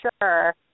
sure